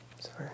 sorry